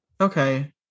okay